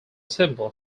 symbol